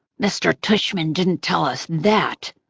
mr. tushman didn't tell us that.